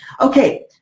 Okay